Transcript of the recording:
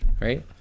right